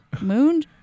Moon